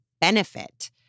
benefit